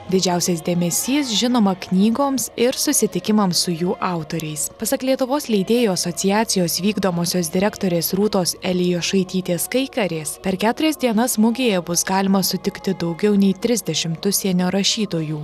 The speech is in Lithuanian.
didžiausias dėmesys žinoma knygoms ir susitikimams su jų autoriais pasak lietuvos leidėjų asociacijos vykdomosios direktorės rūtos elijošaitytės kaikarės per keturias dienas mugėje bus galima sutikti daugiau nei trisdešimt užsienio rašytojų